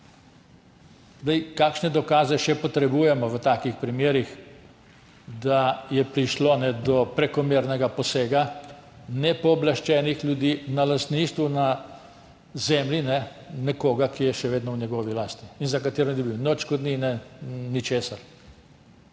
Kakšne dokaze še potrebujemo v takih primerih, da je prišlo do prekomernega posega nepooblaščenih ljudi na lastništvu, na zemlji nekoga, ki je še vedno v njegovi lasti in za katero ni dobil odškodnine, ničesar?